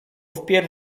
wpierw